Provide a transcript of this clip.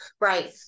Right